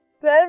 12